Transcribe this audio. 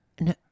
No